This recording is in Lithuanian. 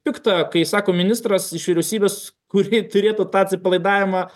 pikta kai sako ministras iš vyriausybės kurį turėtų tą atsipalaidavimą